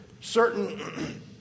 certain